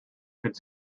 could